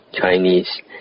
Chinese